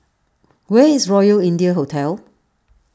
where is Royal India Hotel